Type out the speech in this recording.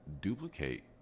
duplicate